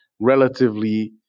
relatively